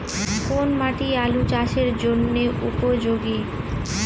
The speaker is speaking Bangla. কোন মাটি আলু চাষের জন্যে উপযোগী?